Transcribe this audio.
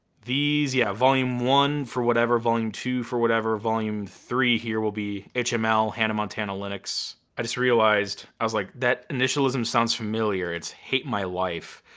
these yeah, volume one for whatever, volume two for whatever, volume three here will be hml, hannah montana linux. i just realized, i was like that initialism sounds familiar. it's hate my life.